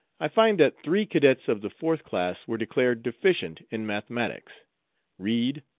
i find that three cadets of the fourth class were declared deficient in mathematics reid,